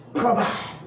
provide